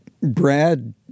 Brad